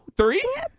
Three